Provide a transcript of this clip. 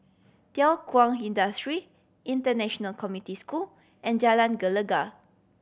Thow Kwang Industry International Community School and Jalan Gelegar